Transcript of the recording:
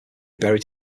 buried